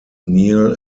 neal